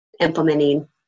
implementing